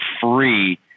free